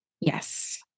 Yes